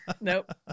Nope